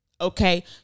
Okay